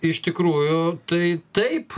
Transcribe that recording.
iš tikrųjų tai taip